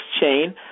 chain